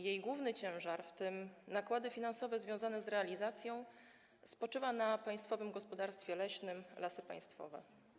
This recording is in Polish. Jej główny ciężar, w tym nakłady finansowe związane z realizacją, spoczywa na Państwowym Gospodarstwie Leśnym Lasy Państwowe.